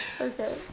Okay